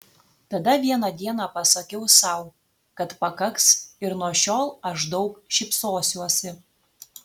tada vieną dieną pasakiau sau kad pakaks ir nuo šiol aš daug šypsosiuosi